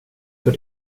för